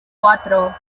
cuatro